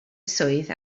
swydd